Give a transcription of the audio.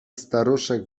staruszek